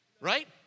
Right